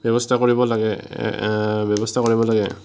ব্যৱস্থা কৰিব লাগে ব্যৱস্থা কৰিব লাগে